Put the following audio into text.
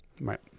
Right